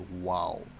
wow